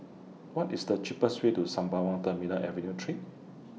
What IS The cheapest Way to Sembawang Terminal Avenue three